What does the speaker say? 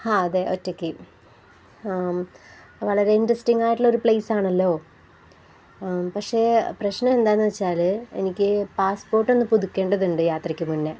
ഹ അതെ ഒറ്റയ്ക്ക് വളരെ ഇൻട്രസ്റ്റിംഗായിട്ടുള്ളൊരു പ്ലേസാണല്ലോ പക്ഷേ പ്രശ്നം എന്താണെന്നുവച്ചാല് എനിക്ക് പാസ്പോർട്ട് ഒന്നു പുതുക്കേണ്ടതുണ്ട് യാത്രയ്ക്കു മുന്നേ